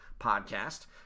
podcast